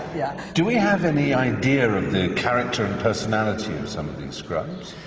yeah do we have any idea of the character and personality of some of these scribes?